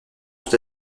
tout